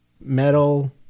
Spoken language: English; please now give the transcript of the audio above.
metal